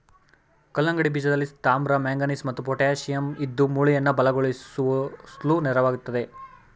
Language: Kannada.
ಕಲ್ಲಂಗಡಿ ಬೀಜದಲ್ಲಿ ತಾಮ್ರ ಮ್ಯಾಂಗನೀಸ್ ಮತ್ತು ಪೊಟ್ಯಾಶಿಯಂ ಇದ್ದು ಮೂಳೆಯನ್ನ ಬಲಗೊಳಿಸ್ಲು ನೆರವಾಗ್ತದೆ